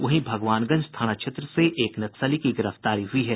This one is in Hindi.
वहीं भगवानगंज थाना क्षेत्र से एक नक्सली की गिरफ्तारी हुयी है